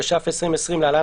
התש"ף 2020‏ (להלן,